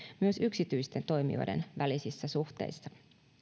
myös yksityisten toimijoiden välisissä suhteissa